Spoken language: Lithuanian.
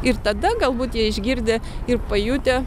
ir tada galbūt jie išgirdę ir pajutę